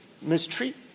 mistreat